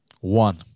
One